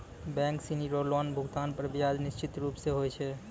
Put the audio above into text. bank सिनी रो loan भुगतान पर ब्याज निश्चित रूप स होय छै